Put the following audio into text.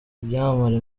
ibyamamare